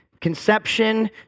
conception